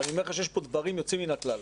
ואני אומר לך שיש פה דברים יוצאים מן הכלל.